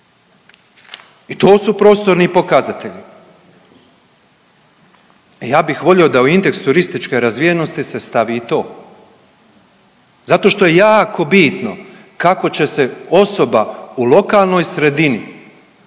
i to su prostorni pokazatelji i ja bih volio da u indeks turističke razvijenosti se stavi i to, zato što je jako bitno kako će se osoba u lokalnoj sredini,